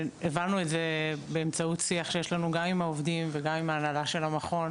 והבנו את זה באמצעות שיח שיש לנו גם עם העובדים וגם עם ההנהלה של המכון,